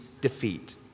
defeat